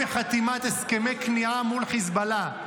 חתימת הסכמי כניעה מול חיזבאללה.